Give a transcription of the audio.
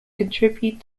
contribute